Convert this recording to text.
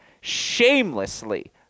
shamelessly